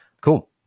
Cool